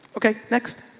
okay. next.